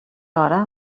hora